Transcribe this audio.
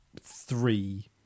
three